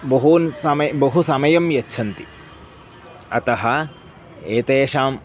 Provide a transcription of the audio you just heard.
बहून् समयः बहु समयं यच्छन्ति अतः एतेषाम्